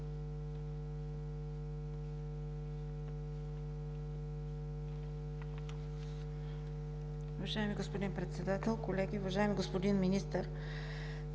Уважаеми господин Председател, колеги, уважаеми господин Министър!